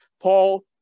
Paul